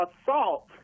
assault